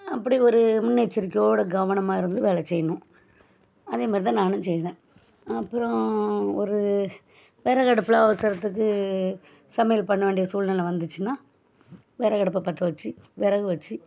அப்படி ஒரு முன்னெச்சரிக்கையோடு கவனமாக இருந்து வேலை செய்யணும் அதேமாதிரி தான் நானும் செய்வேன் அப்புறம் ஒரு விறகு அடுப்பில் அவசரத்துக்கு சமையல் பண்ண வேண்டிய சூல்நிலை வந்துச்சுன்னா விறகடுப்ப பற்ற வச்சு விறகு வச்சு